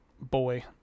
Boy